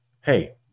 hey